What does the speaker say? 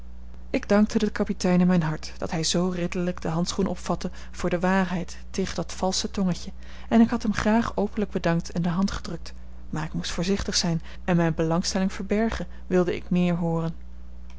ik dankte den kapitein in mijn hart dat hij zoo ridderlijk de handschoen opvatte voor de waarheid tegen dat valsche tongetje en ik had hem graag openlijk bedankt en de hand gedrukt maar ik moest voorzichtig zijn en mijne belangstelling verbergen wilde ik meer hooren